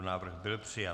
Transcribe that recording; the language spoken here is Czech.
Návrh byl přijat.